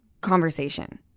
conversation